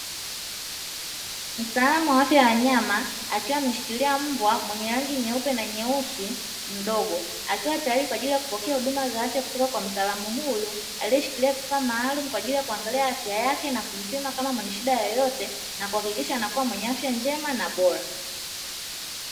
Mtaalamu wa afya ya wanyama akiwa ameshikilia mbwa mwenye rangi nyeupe na nyeusi mdogo akiwa tayali kupokea huduma za afya kutoka kwa mtaalamu huyu aliyeshikilia vifaa maalumu kwaajili ya kuangalia afya na kumpima kama anashida yoyote na kuhakikisha mwenye afya njema na bora.